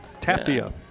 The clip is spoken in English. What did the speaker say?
Tapia